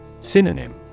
Synonym